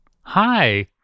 Hi